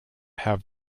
have